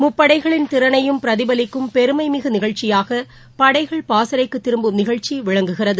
முப்படைகளின் திறனையும் பிரதிபலிக்கும் பெருமைமிகு நிகழ்ச்சியாக படைகள் பாசறைக்கு திரும்பும் நிகழ்ச்சி விளங்குகிறது